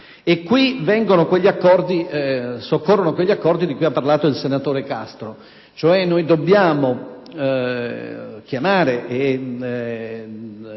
e qui soccorrono gli accordi di cui ha parlato il senatore Castro.